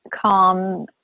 calm